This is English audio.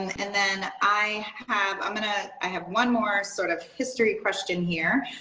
and then i have i'm going to i have one more sort of history question here.